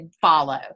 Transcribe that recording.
follow